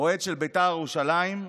אוהד של בית"ר ירושלים,